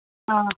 ꯑꯥ